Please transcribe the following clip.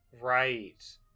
Right